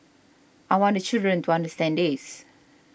I want the children to understand this